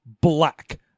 black